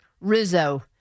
Rizzo